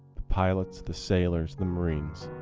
the pilots, the sailors, the marines.